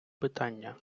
питання